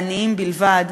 לעניים בלבד,